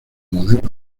modelo